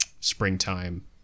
springtime